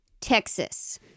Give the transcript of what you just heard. Texas